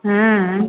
हँ